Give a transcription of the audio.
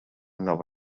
nova